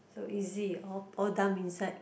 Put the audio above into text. so easy all all dump inside